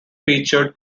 featured